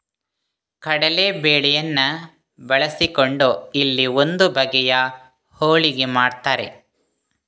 ಕಡಲೇ ಬೇಳೆಯನ್ನ ಬಳಸಿಕೊಂಡು ಇಲ್ಲಿ ಒಂದು ಬಗೆಯ ಹೋಳಿಗೆ ಮಾಡ್ತಾರೆ